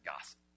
gossip